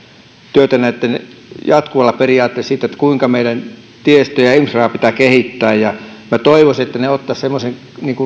työtä jatkuvalla periaatteella siitä kuinka meidän tiestöämme ja infraamme pitää kehittää minä toivoisin että he ottaisivat semmoisen